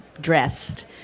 dressed